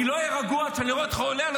אני לא אהיה רגוע עד שאני אראה אותך עולה על